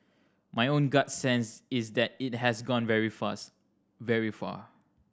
my own gut sense is that it has gone very fast very far